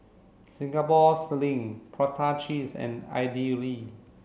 Singapore sling prata cheese and idly